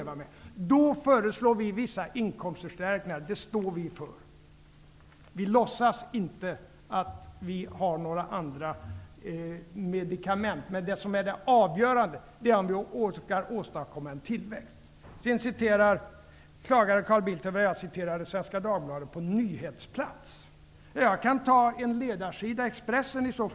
Vi föreslår vissa inkomstförstärkningar. Det står vi för. Vi låtsas inte att vi har några andra medikament. Det avgörande är om vi orkar åstadkomma en tillväxt. Sedan klagade Carl Bildt över att jag citerade Svenska Dagbladet på nyhetsplats. Jag kan ta en ledarsida i Expressen i stället.